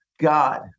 God